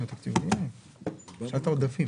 התקציב של ה-2022